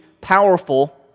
powerful